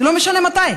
לא משנה מתי,